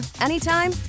anytime